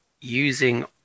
using